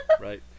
Right